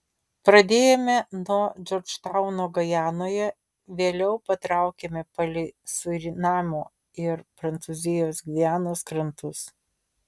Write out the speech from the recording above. pradėjome nuo džordžtauno gajanoje vėliau patraukėme palei surinamo ir prancūzijos gvianos krantus